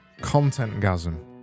Content-gasm